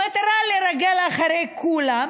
במטרה לרגל אחרי כולם,